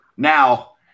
Now